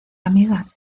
amiga